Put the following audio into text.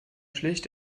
schlecht